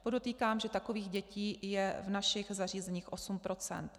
Podotýkám, že takových dětí je v našich zařízeních 8 %.